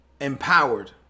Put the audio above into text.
empowered